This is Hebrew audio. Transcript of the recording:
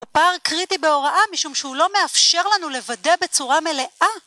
פער קריטי בהוראה, משום שהוא לא מאפשר לנו לוודא בצורה מלאה.